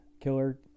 killer